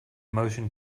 motion